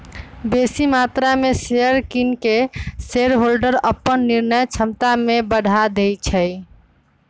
बेशी मत्रा में शेयर किन कऽ शेरहोल्डर अप्पन निर्णय क्षमता में बढ़ा देइ छै